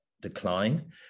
decline